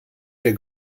der